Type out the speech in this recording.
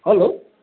hello